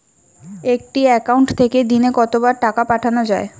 একটি একাউন্ট থেকে দিনে কতবার টাকা পাঠানো য়ায়?